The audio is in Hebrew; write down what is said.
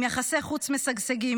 עם יחסי חוץ משגשגים,